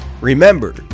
Remember